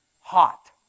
hot